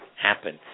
happen